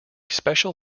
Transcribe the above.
special